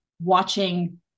Watching